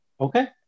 okay